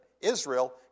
Israel